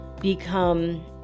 become